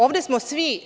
Ovde smo smi.